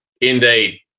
Indeed